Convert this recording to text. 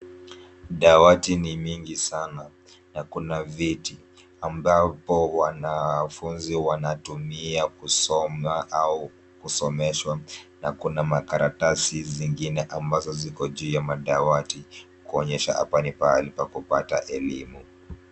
Dawati ni mingi sana na kuna viti ambapo wanafunzi wanatumia kusoma au kusomeshwa na kuna makaratasi zingine ambazo ziko juu ya madawati kuonyesha hapa ni pahali pa kupata elimu.